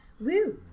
Woo